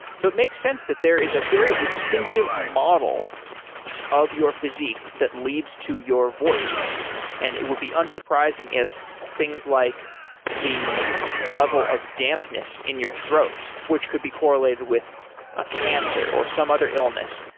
so it makes sense that there is a very distinctive model of your physique that leads to your voice and it would be unsurprising if things like the level of dampness in your throat, which could be correlated with a cancer or some other illness.